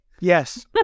Yes